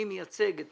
אני מייצג את